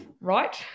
right